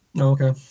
Okay